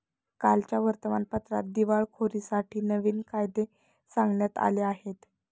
कालच्या वर्तमानपत्रात दिवाळखोरीसाठी नवीन कायदे सांगण्यात आले आहेत